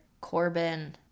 Corbin